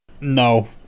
No